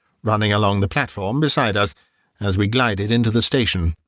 running along the platform beside us as we glided into the station.